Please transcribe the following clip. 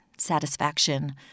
satisfaction